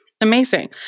Amazing